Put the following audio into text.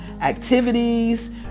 activities